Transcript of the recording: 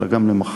אלא גם למחר.